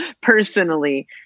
personally